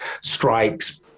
strikes